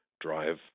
Drive